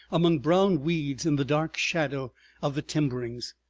among brown weeds in the dark shadow of the timberings.